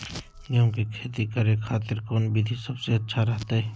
गेहूं के खेती करे खातिर कौन विधि सबसे अच्छा रहतय?